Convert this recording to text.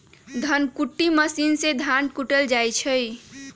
धन कुट्टी मशीन से धान कुटल जाइ छइ